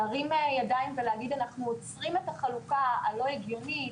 להרים ידיים ולהגיד: אנחנו עוצרים את החלוקה הלא הגיונית,